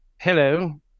Hello